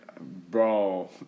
Bro